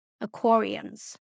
aquariums